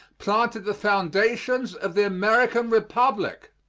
planted the foundations of the american republic.